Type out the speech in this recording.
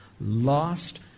lost